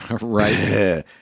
Right